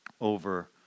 over